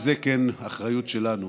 וזו כן אחריות שלנו,